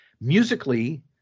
Musically